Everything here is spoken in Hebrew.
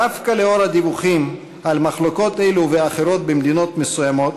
דווקא לאור הדיווחים על מחלוקות אלו ואחרות במדינות מסוימות,